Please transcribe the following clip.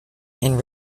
and